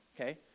okay